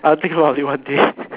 I will think about it one day